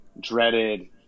dreaded